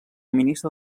ministre